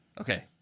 Okay